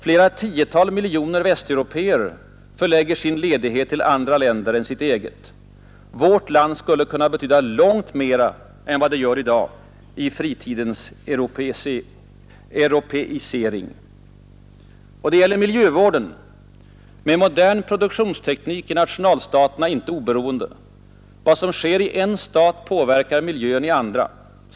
Flera tiotal miljoner västeuropéer förlägger sin ledighet till andra länder än sitt eget. Vårt land skulle kunna betyda långt mer än vad det gör i dag i fritidens europeisering. Det gäller miljövården. Med modern produktionsteknik är nationalstaterna inte oberoende. Vad som sker i en stat påverkar miljön i andra.